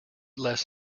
less